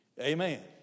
Amen